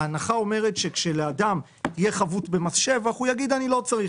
ההנחה אומרת שכשלאדם תהיה חבות במס שבח הוא יגיד: אני לא צריך,